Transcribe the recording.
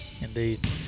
Indeed